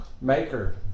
maker